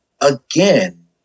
again